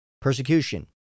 Persecution